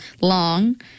Long